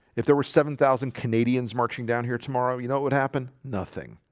if there were seven thousand canadians marching down here tomorrow, you know, what would happen nothing?